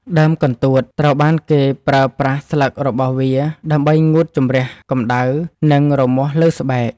ដើមកន្ទួតត្រូវបានគេប្រើប្រាស់ស្លឹករបស់វាដើម្បីងូតជម្រះកម្តៅ និងរមាស់លើស្បែក។